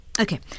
Okay